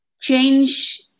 change